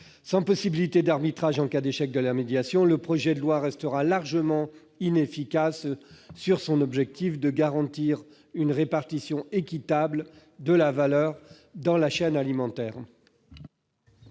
Sans possibilité d'arbitrage en cas d'échec de la médiation, le projet de loi restera largement inefficace au regard de l'objectif de répartition équitable de la valeur dans la chaîne alimentaire.